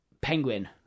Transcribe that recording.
penguin